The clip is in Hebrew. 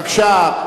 בבקשה.